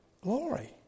glory